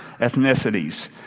ethnicities